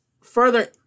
further